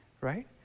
right